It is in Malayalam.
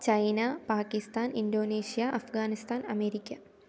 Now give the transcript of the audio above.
China Pakistan Indonesia Afghanistan America